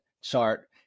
chart